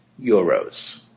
euros